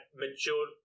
mature